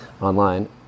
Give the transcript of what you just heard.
online